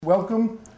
Welcome